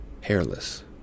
hairless